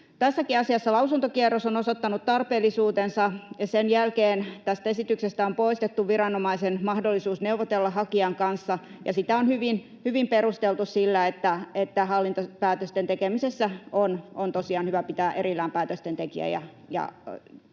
Tässäkin asiassa lausuntokierros on osoittanut tarpeellisuutensa. Sen jälkeen tästä esityksestä on poistettu viranomaisen mahdollisuus neuvotella hakijan kanssa, ja sitä on hyvin perusteltu sillä, että hallintopäätösten tekemisessä on tosiaan hyvä pitää erillään päätösten tekijä ja tämän